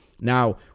Now